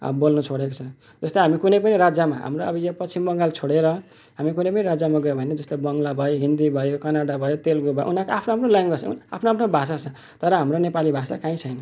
बोल्नु छोडेको छ जस्तै हामी कुनै पनि राज्यमा हाम्रो अब यो पश्चिम बङ्गाल छोडेर हामी कुनै पनि राज्यमा गयौँ भने जस्तै बङ्ला भयो हिन्दी भयो कन्नडा भयो तेलगु भयो उनीहरूको आफ्नो आफ्नो ल्याङग्वेज आफ्नो आफ्नो भाषा छ तर हाम्रो नेपाली भाषा कहीँ छैन